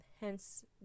hence